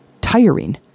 tiring